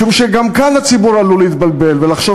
משום שגם כאן הציבור עלול להתבלבל ולחשוב